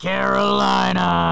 Carolina